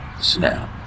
snap